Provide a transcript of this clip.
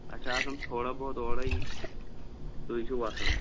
اَسہِ چھِ آسان تھوڑا بہت اورے سُے چھِ وَسان